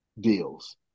deals